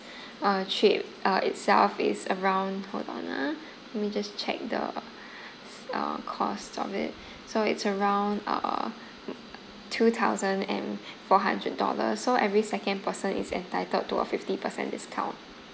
uh trip uh itself is around hold on ah let me just check the uh cost of it so it's around uh two thousand and four hundred dollar so every second person is entitled to a fifty percent discount